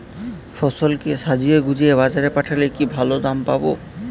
ফসল কে সাজিয়ে গুছিয়ে বাজারে পাঠালে কি দাম ভালো পাব?